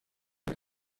het